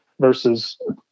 versus